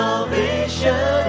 Salvation